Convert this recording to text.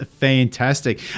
fantastic